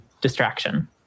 distraction